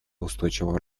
устойчивого